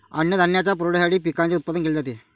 अन्नधान्याच्या पुरवठ्यासाठी पिकांचे उत्पादन केले जाते